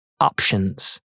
options